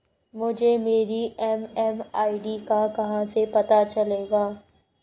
मुझे मेरी एम.एम.आई.डी का कहाँ से पता चलेगा?